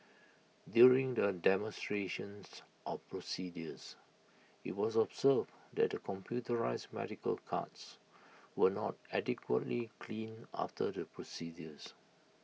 during the demonstrations of procedures IT was observed that the computerised medical carts were not adequately cleaned after the procedures